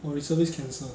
我 reservist cancel